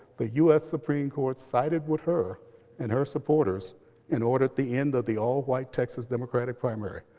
the us supreme court sided with her and her supporters and ordered the end ah the all white texas democratic primary.